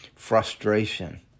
frustration